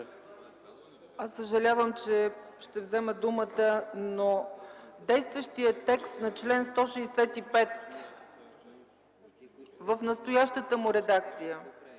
Съжалявам, че ще взема думата, но действащият текст на чл. 165 в настоящата му редакция